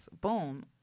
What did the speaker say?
boom